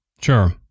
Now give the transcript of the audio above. Sure